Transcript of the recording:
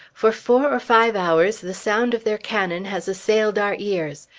for four or five hours the sound of their cannon has assailed our ears.